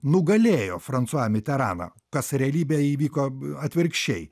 nugalėjo fransua miteraną kas realybėje įvyko atvirkščiai